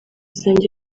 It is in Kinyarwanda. zanjye